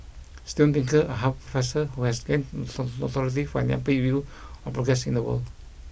Steven Pinker a Harvard professor who has gained notoriety for an upbeat view of progress in the world